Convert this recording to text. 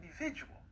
individual